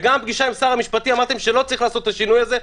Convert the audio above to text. וגם בפגישה עם שר המשפטים אמרתם שלא צריך לעשות את השינוי הזה,